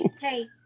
hey